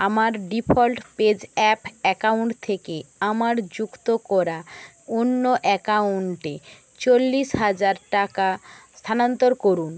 আমার default PayZapp account থেকে আমার যুক্ত করা অন্য অ্যাকাউন্টে চল্লিশ হাজার টাকা স্থানান্তর করুন